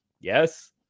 yes